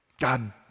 God